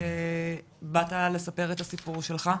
שבאת לספר את הסיפור שלך,